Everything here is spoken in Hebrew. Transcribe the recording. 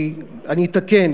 אני אתקן,